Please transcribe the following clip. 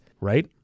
right